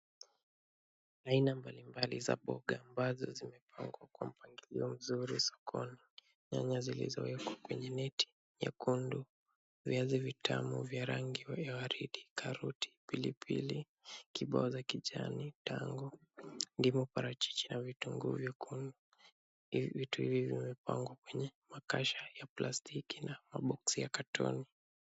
Aina mbalimbali za mboga ambazo zimepangwa kwa mpangilio mzuri sokoni. Nyanya zilizowekwa kwenye neti nyekundu, viazi vitamu vya rangi ya waridi, karoti, pilipili, kibao za kijani, tango, ndimu, parachichi na vitunguu vyekundu. Vitu hivi vimepangwa kwenye makasha ya plastiki na maboksi ya katoni.